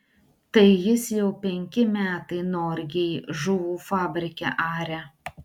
tai jis jau penki metai norgėj žuvų fabrike aria